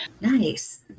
Nice